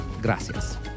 Gracias